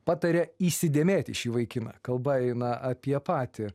patarė įsidėmėti šį vaikiną kalba eina apie patį